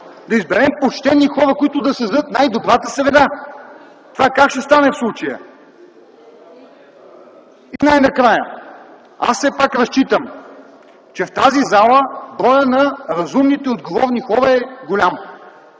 да изберем почтени хора, които да създадат най-добрата среда. Как ще стане това в случая? Най-накрая, аз все пак разчитам, че в тази зала броя на разумните и отговорни хора е голям.